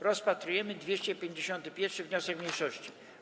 Rozpatrujemy 251. wniosek mniejszości.